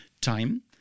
time